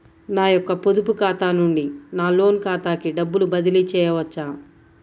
నా యొక్క పొదుపు ఖాతా నుండి నా లోన్ ఖాతాకి డబ్బులు బదిలీ చేయవచ్చా?